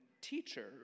Teacher